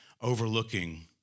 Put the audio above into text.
overlooking